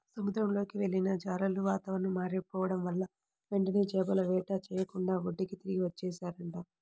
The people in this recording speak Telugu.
సముద్రంలోకి వెళ్ళిన జాలర్లు వాతావరణం మారిపోడం వల్ల వెంటనే చేపల వేట చెయ్యకుండానే ఒడ్డుకి తిరిగి వచ్చేశారంట